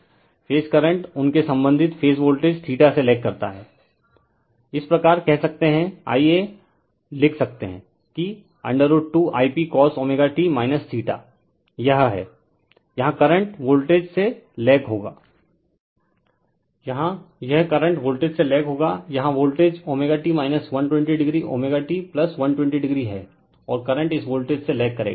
phase current उनके संबंधित phase voltage θ से लेग करता हैं रिफर स्लाइड टाइम 0702 इस प्रकार कह सकते हैं Ia लिख सकते हैं कि √2I p cos t यह है रिफर टाइम 0709 यहां यह करंट वोल्टेज से लैग होगा यहां voltage ω t 120 o ω t 120 o है और करंट इस वोल्टेज से लेग करेगा